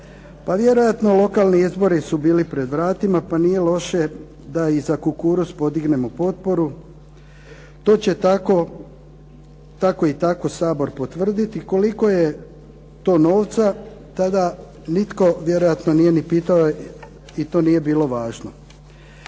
pa vjerojatno lokalni izbori su bili pred vratima pa nije loše da i za kukuruz podignemo potporu, to će tako i tako Sabor potvrditi koliko je to novca tada nitko nije ni pitao ni to nije bilo važno.